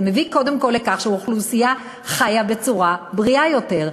זה מביא קודם כול לכך שאוכלוסייה חיה בצורה בריאה יותר,